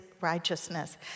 righteousness